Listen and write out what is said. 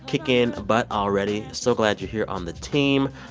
kicking butt already. so glad you're here on the team.